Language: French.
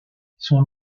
son